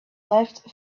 left